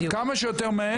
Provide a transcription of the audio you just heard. כמה שיותר מהר.